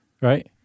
Right